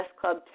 Club